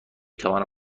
توانم